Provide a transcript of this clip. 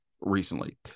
recently